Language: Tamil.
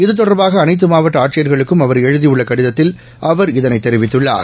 இத்தொடர்பாக அனைத்து மாவட்ட ஆட்சியர்களுக்கும் அவர் எழுதியுள்ள கடிதத்தில் அவர் இதனை தெரிவித்குள்ளார்